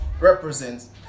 represents